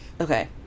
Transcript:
Okay